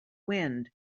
wind